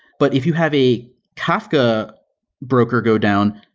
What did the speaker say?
but if you have a kafka broker go down,